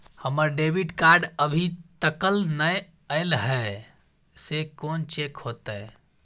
हमर debit card अभी तकल नय अयले हैं, से कोन चेक होतै?